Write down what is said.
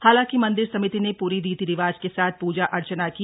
हालांकि मंदिर समिति ने पूरी रीति रिवाज के साथ पूजा अर्चना की